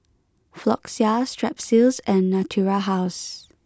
Floxia Strepsils and Natura House